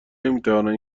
نمیتوانند